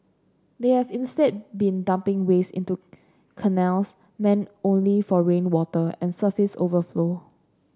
they have instead been dumping waste into canals meant only for rainwater and surface overflow